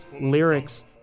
lyrics